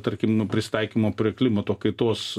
tarkim nu prisitaikymo prie klimato kaitos